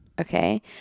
Okay